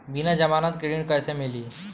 बिना जमानत के ऋण कैसे मिली?